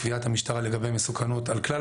קביעת המשטרה לגבי מסוכנות על כלל